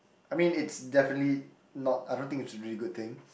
I mean it's definitely not I don't think it's a really good thing